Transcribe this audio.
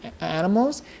animals